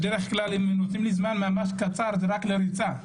בדרך כלל, אם נותנים ממש קצר, זה לריצה.